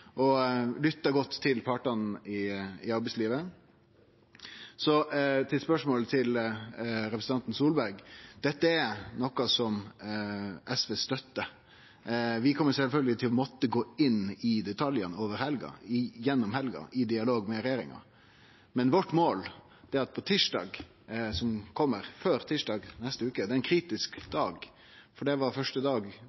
Og ein har lytta godt til partane i arbeidslivet. Så til spørsmålet til representanten Solberg: Dette er noko som SV støttar. Vi kjem sjølvsagt til å måtte gå inn i detaljane gjennom helga, i dialog med regjeringa. Tysdag i neste veke er